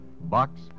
Box